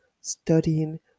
studying